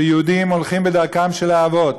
שיהודים הולכים בדרכם של האבות,